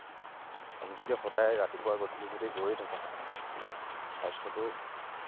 আমি যদি সদায় ৰাতিপুৱা গধূলি যদি দৌৰি থাকোঁ স্বাস্থ্যটো